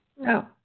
No